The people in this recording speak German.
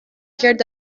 kehrt